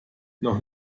noch